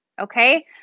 Okay